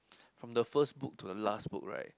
from the first book to the last book right